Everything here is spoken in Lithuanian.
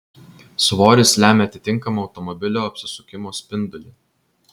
svoris lemia atitinkamą automobilio apsisukimo spindulį